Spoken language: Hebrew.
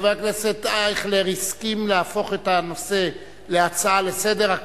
חבר הכנסת אייכלר הסכים להפוך את הנושא להצעה לסדר-היום,